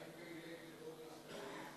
מה עם פעילי טרור ישראלים?